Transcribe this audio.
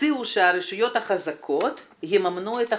הציעו שהרשויות החזקות יממנו את החלשות.